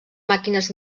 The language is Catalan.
màquines